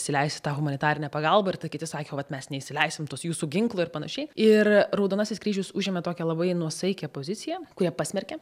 įsileist tą humanitarinę pagalbą ir ta kiti sakė vat mes neįsileisim tos jūsų ginklo ir panašiai ir raudonasis kryžius užėmė tokią labai nuosaikią poziciją kur ją pasmerkė